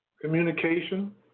Communication